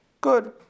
Good